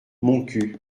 montcuq